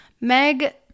Meg